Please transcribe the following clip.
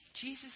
Jesus